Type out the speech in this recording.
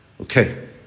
Okay